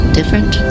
Different